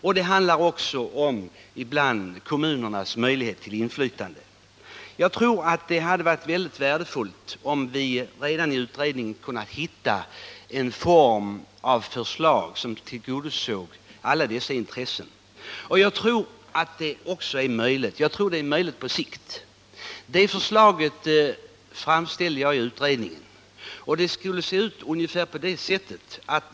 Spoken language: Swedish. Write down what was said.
Ibland handlar det också om kommunernas möjlighet till inflytande. Jag tror att det hade varit mycket värdefullt om vi redan i utredningen kunnat hitta en form av förslag som tillgodosåg alla dessa intressen. och jag tror också att det är möjligt på sikt. Ett sådant förslag framställde jag i utredningen. Det skulle se ut ungefär på följande sätt.